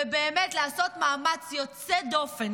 ובאמת לעשות מאמץ יוצא דופן,